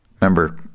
Remember